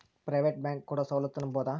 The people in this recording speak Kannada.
ಪ್ರೈವೇಟ್ ಬ್ಯಾಂಕ್ ಕೊಡೊ ಸೌಲತ್ತು ನಂಬಬೋದ?